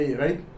right